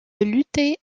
luttait